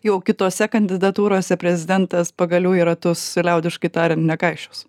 jau kitose kandidatūrose prezidentas pagalių į ratus liaudiškai tariant nekaišios